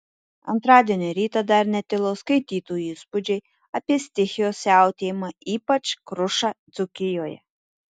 antradienio rytą dar netilo skaitytojų įspūdžiai apie stichijos siautėjimą ypač krušą dzūkijoje